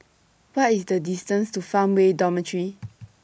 What IS The distance to Farmway Dormitory